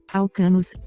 alcanos